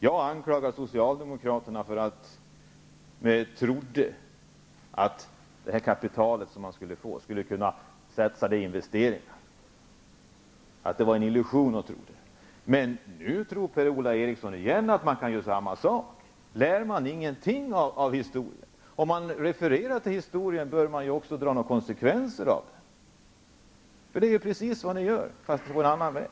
Jag anklagar Socialdemokraterna för att de trodde att det kapital som man skulle få skulle satsas i investeringar -- det var en illusion att tro det. Men nu tror Per-Ola Eriksson samma sak. Lär ni ingenting av historien? Om man refererar till historien bör man ju också dra några konsekvenser av den. Ni gör ju precis samma misstag fast ni går en annan väg.